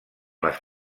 les